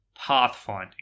Pathfinding